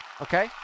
okay